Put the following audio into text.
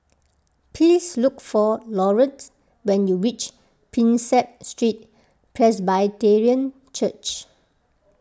please look for Laurette when you reach Prinsep Street Presbyterian Church